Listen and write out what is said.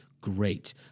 great